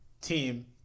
team